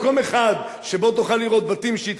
במקום אירועים, אני נהנה לראות בתים.